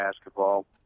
basketball